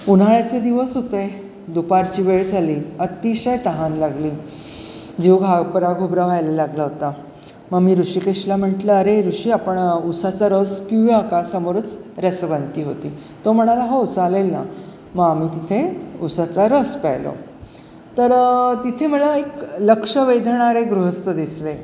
उन्हाळ्याचे दिवस होते दुपारची वेळ झाली अतिशय तहान लागली जीव घाबराघोबरा व्हायला लागला होता मग मी ऋषिकेशला म्हटलं अरे ऋषी आपण उसाचा रस पिऊया का समोरच रसवंती होती तो म्हणाला हो चालेल ना मग आम्ही तिथे उसाचा रस प्यायलो तर तिथे मला एक लक्ष वेधणारे गृहस्थ दिसले